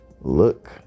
look